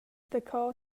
daco